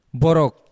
borok